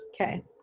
Okay